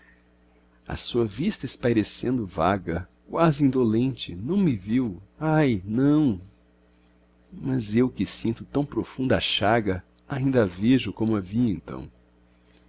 a sua vista espairecendo vaga quase indolente não me viu ai não mas eu que sinto tão profunda a chaga ainda a vejo como a vi então